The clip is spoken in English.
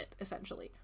essentially